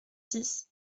six